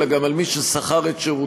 אלא גם על מי ששכר את שירותיו